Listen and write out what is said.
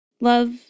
love